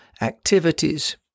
activities